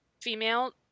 female